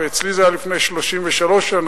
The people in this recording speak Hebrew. אצלי זה היה לפני 33 שנים,